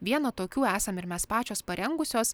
vieną tokių esam ir mes pačios parengusios